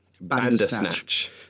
Bandersnatch